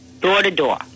door-to-door